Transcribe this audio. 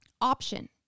option